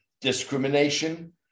discrimination